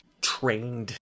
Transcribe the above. trained